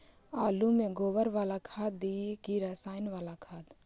आलु में गोबर बाला खाद दियै कि रसायन बाला खाद?